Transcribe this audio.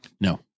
No